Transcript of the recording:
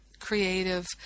creative